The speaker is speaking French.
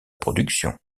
production